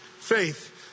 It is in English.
Faith